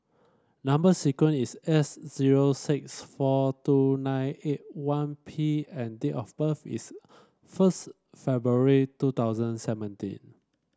number sequence is S zero six four two nine eight one P and date of birth is first February two thousand and seventeen